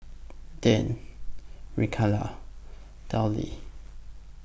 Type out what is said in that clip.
Deann Micayla Dellia